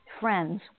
friends